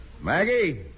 Maggie